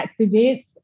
activates